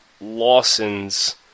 Lawson's